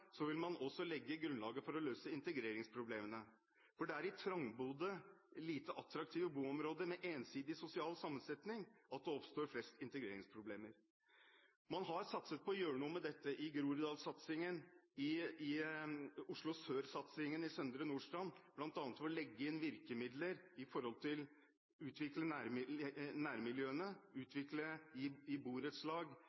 vil man også legge grunnlaget for å løse integreringsproblemene. For det er i trangbodde, lite attraktive boområder med ensidig sosial sammensetning at det oppstår flest integreringsproblemer. Man har satset på å gjøre noe med dette – gjennom Groruddalen-satsingen, gjennom Oslo Sør-satsingen i Søndre Nordstrand, bl.a. ved å legge inn virkemidler for å utvikle nærmiljøene,